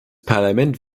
parlament